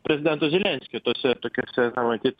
prezidento zelenskio tuose tokiuose na matyt